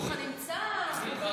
ברוך הנמצא, ברוכים